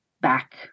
back